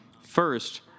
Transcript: First